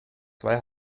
zwei